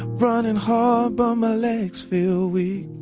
running hard but my legs feel weak.